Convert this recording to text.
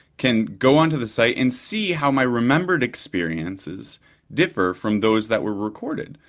can go onto the site and see how my remembered experiences differ from those that were recorded.